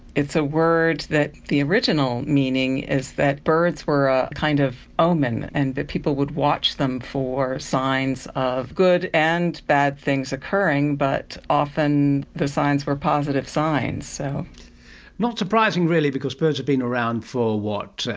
it's a word that the original meaning is that birds were ah kind of an omen, and that people would watch them for signs of good and bad things occurring, but often the signs were positive signs. so not surprising really because birds have been around for, what,